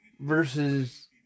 versus